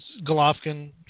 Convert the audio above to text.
Golovkin